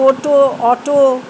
toto auto